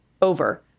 over